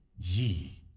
ye